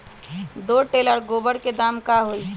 दो टेलर गोबर के दाम का होई?